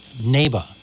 neighbor